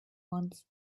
ones